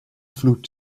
vloed